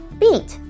beat